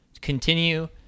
continue